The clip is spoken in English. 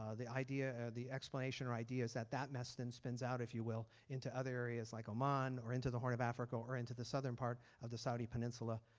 the idea the explanation or idea is that that mess then spins out if you will into other areas like oman or into the horn of africa or or into the southern part of the saudi peninsula.